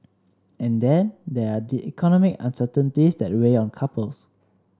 and then there are economic uncertainties that weigh on couples